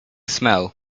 smell